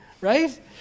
right